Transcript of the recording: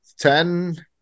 ten